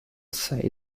say